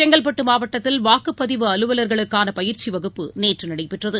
செங்கல்பட்டுமாவட்டத்தில் வாக்குப்பதிவு அலுவலர்களுக்கானபயிற்சிவகுப்பு நேற்றுநடைபெற்றது